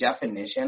definition